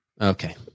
Okay